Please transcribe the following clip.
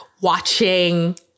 watching